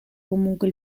comunque